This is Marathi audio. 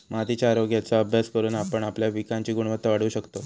मातीच्या आरोग्याचो अभ्यास करून आपण आपल्या पिकांची गुणवत्ता वाढवू शकतव